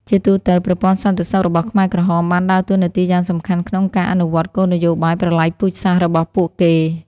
ជាទូទៅ ប្រព័ន្ធសន្តិសុខរបស់ខ្មែរក្រហមបានដើរតួនាទីយ៉ាងសំខាន់ក្នុងការអនុវត្តគោលនយោបាយប្រល័យពូជសាសន៍របស់ពួកគេ។